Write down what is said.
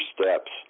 steps